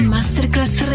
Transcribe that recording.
Masterclass